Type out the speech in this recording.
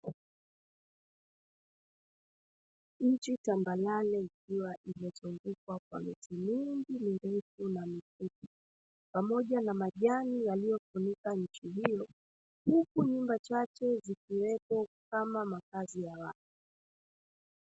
Nchi tambarare ikiwa imezungukwa kwa miti mingi mirefu kwa mifupi, pamoja na majani yaliyofunika nchi hiyo huku nyumba chache zikiwemo kama makazi ya watu.